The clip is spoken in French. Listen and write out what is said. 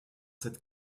cette